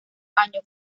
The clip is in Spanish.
año